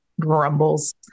Grumbles